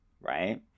right